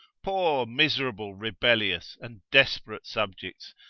poor, miserable, rebellious, and desperate subjects,